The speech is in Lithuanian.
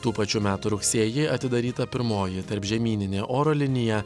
tų pačių metų rugsėjį atidaryta pirmoji tarpžemyninė oro linija